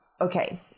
Okay